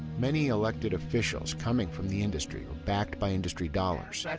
many elected officials coming from the industry or backed by industry dollars.